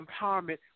empowerment